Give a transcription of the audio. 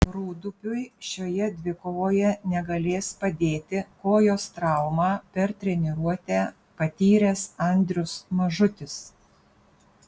rūdupiui šioje dvikovoje negalės padėti kojos traumą per treniruotę patyręs andrius mažutis